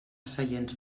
seients